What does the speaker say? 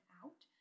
out